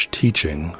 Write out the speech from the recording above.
teaching